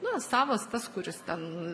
na savas tas kuris ten